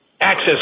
access